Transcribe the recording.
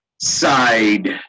side